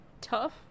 tough